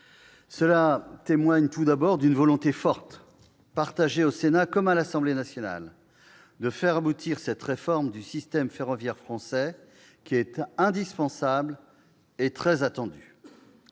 qui témoigne d'abord d'une volonté forte, partagée au Sénat comme à l'Assemblée nationale, de faire aboutir cette réforme du système ferroviaire français, indispensable et très attendue.